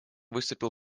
выступил